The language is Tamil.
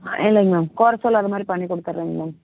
இல்லைங்க மேம் கொறை சொல்லாத மாதிரி பண்ணிக் குடுத்துறேங்க மேம்